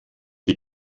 die